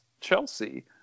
Chelsea